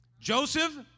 Joseph